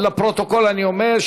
לפרוטוקול אני אומר,